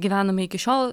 gyvenome iki šiol